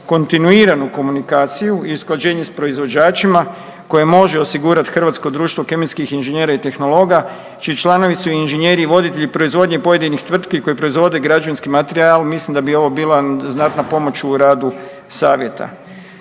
kontinuiranu komunikaciju i usklađenje s proizvođačima koje može osigurati Hrvatsko društvo kemijskih ineženjera i tehnologa čiji članovi su i inženjeri i voditelji proizvodnje pojedinih tvrtki koje proizvode građevinski materijal. Mislim da bi ovo bila znatna pomoć u radu savjeta.